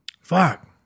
Fuck